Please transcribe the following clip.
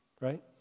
right